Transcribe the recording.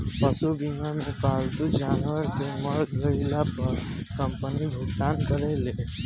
पशु बीमा मे पालतू जानवर के मर गईला पर कंपनी भुगतान करेले